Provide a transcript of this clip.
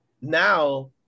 now